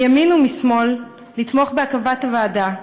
מימין ומשמאל, לתמוך בהקמת הוועדה.